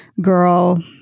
girl